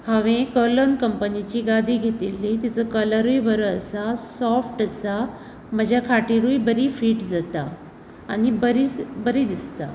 हांवे कर्लऑन कंपनीची गादी घेतिल्ली तिचो कलरूय बरो आसा सॉफ्ट आसा म्हज्या खाटीरूय बरी फीट जाता आनी बरी दिसता